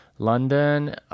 London